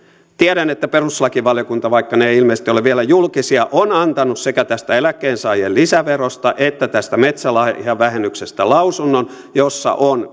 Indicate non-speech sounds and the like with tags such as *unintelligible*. tiedän että perustuslakivaliokunta vaikka tiedot eivät ilmeisesti ole vielä julkisia on antanut sekä tästä eläkkeensaajien lisäverosta että tästä metsälahjavähennyksestä lausunnon jossa se on *unintelligible*